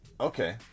Okay